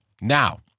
Now